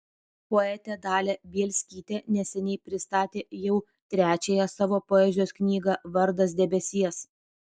poetė dalia bielskytė neseniai pristatė jau trečiąją savo poezijos knygą vardas debesies